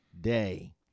day